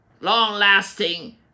long-lasting